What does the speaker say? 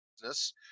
business